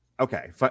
okay